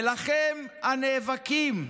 ולכם, הנאבקים,